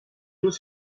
tout